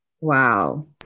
Wow